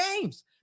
games